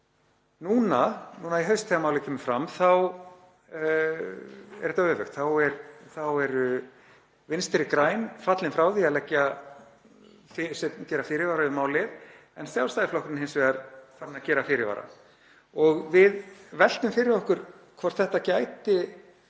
tíð. Núna í haust þegar málið kemur fram er þetta öfugt. Þá eru Vinstri græn fallin frá því að gera fyrirvara við málið en Sjálfstæðisflokkurinn hins vegar farinn að gera fyrirvara. Við veltum fyrir okkur hvort þetta gæti